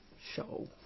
show